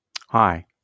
Hi